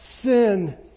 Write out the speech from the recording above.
sin